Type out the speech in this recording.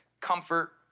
comfort